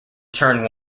turn